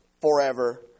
forever